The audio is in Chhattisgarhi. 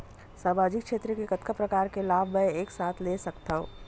सामाजिक क्षेत्र के कतका प्रकार के लाभ मै एक साथ ले सकथव?